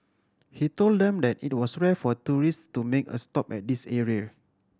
he told them that it was rare for tourists to make a stop at this area